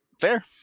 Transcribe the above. Fair